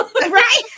right